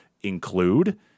include